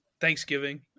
Thanksgiving